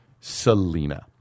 Selena